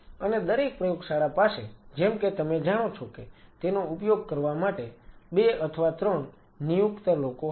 અને દરેક પ્રયોગશાળા પાસે જેમકે તમે જાણો છો કે તેનો ઉપયોગ કરવા માટે 2 અથવા 3 નિયુક્ત લોકો હશે